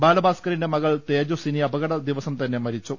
ബാലഭാസ്കറിന്റെ മകൾ തേജസ്വിനി അപകട ദിവസം തന്നെ മരിച്ചു